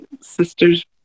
sister's